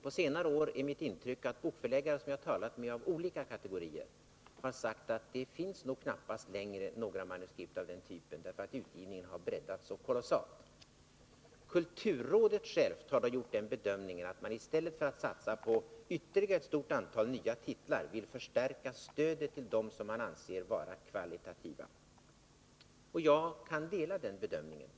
På senare år har bokförläggare av olika kategorier, som jag talat med, sagt att det knappast längre finns några manuskript av den typen, för utgivningen har breddats så kolossalt. Kulturrådet har gjort bedömningen att man i stället för att satsa på ytterligare ett stort antal nya titlar bör förstärka stödet till dem man anser vara kvalitativa. Jag kan dela den bedömningen.